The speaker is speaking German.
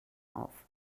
auf